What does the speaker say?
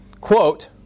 quote